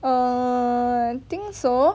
err I think so